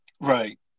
Right